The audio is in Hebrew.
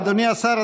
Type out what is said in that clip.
אדוני השר,